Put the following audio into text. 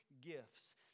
gifts